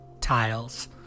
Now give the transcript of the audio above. tiles